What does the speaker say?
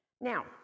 Now